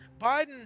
Biden